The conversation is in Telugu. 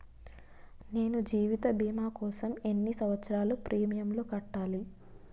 నేను జీవిత భీమా కోసం ఎన్ని సంవత్సారాలు ప్రీమియంలు కట్టాలి?